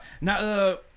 Now